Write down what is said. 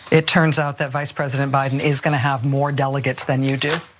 it turns out that vice president biden is gonna have more delegates than you do,